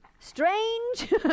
Strange